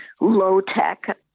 low-tech